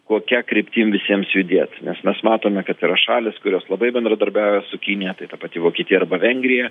kokia kryptim visiems judėti nes mes matome kad yra šalys kurios labai bendradarbiauja su kinija tai ta pati vokietija arba vengrija